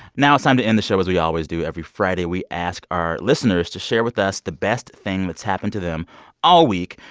now it's time to end the show as we always do. every friday, we ask our listeners to share with us the best thing that's happened to them all week.